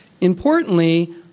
Importantly